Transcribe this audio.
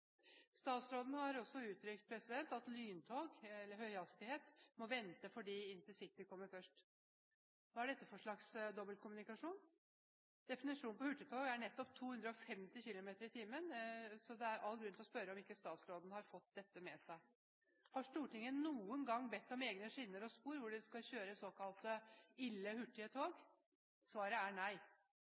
Statsråden har også uttrykt at lyntog eller høyhastighetstog må vente fordi intercity kommer først. Hva er dette for slags dobbeltkommunikasjon? Definisjonen på hurtigtog er nettopp 250 km/t, så det er all grunn til å spørre om statsråden har fått dette med seg. Har Stortinget noen gang bedt om egne skinner og spor hvor det skal kjøres såkalt «ille hurtige» tog? Svaret er nei.